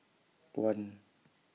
one